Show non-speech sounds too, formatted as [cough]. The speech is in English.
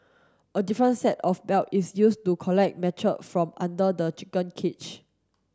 a different set of belt is used to collect [unintelligible] from under the chicken cage